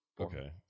okay